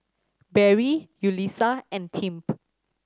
Barry Yulissa and Tim